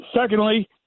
secondly